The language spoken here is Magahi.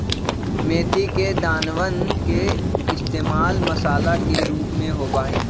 मेथी के दानवन के इश्तेमाल मसाला के रूप में होबा हई